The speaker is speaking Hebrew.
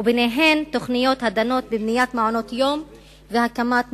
ובהן תוכניות הדנות בבניית מעונות-יום והקמת משפחתונים.